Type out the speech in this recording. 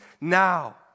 now